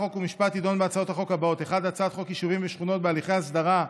חוק ומשפט תדון בהצעות החוק האלה: 1. הצעת חוק יישובים ושכונות בהליכי הסדרה,